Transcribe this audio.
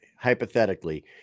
Hypothetically